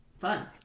fun